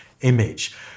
image